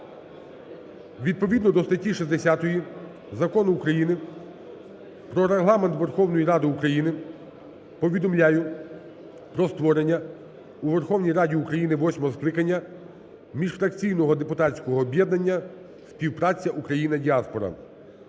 Відповідно до статті 60 Закону України "Про Регламент Верховної Ради України", повідомляю про створення у Верховній Раді України восьмого скликання міжфракційного депутатського об'єднання "Співпраця Україна – діаспора".